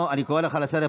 למה אתה משקר?